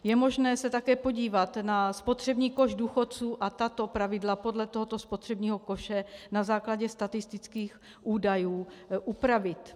Je možné se také podívat na spotřební koš důchodců a tato pravidla podle tohoto spotřebního koše na základě statistických údajů upravit.